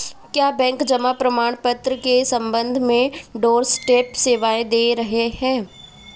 क्या बैंक जमा प्रमाण पत्र के संबंध में डोरस्टेप सेवाएं दे रहा है?